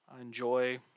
enjoy